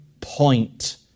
point